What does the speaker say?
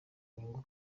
inyungu